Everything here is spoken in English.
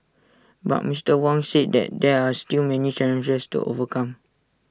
but Mister Wong said that there are still many challenges to overcome